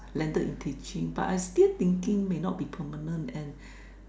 landed in teaching but I still thinking may not be permanent and